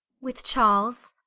with charles,